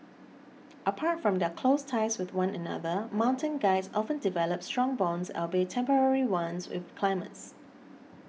apart from their close ties with one another mountain guides often develop strong bonds albeit temporary ones with climbers